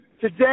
today